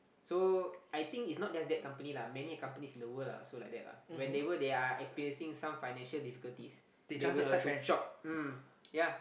so I think is not just that company lah many companies in the world are also like that lah whenever they are experiencing some financial difficulties they will start to chop mm ya